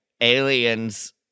aliens